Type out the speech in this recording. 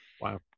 Wow